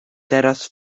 teraz